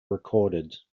recorded